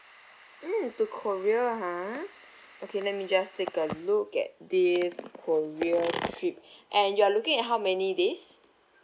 mm to korea ha okay let me just take a look at this korea trip and you are looking at how many days